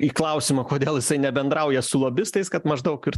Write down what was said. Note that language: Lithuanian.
į klausimą kodėl jisai nebendrauja su lobistais kad maždaug ir